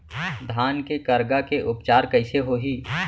धान के करगा के उपचार कइसे होही?